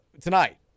Tonight